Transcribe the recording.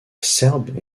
serbes